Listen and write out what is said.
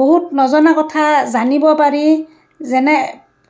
বহুত নজনা কথা জানিব পাৰি যেনে